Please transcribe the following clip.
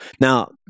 Now